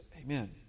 Amen